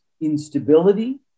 instability